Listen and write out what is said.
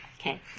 Okay